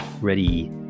Ready